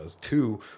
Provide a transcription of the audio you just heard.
two